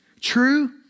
True